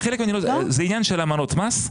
זה עניין של אמנות מס.